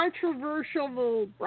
controversial